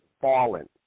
fallen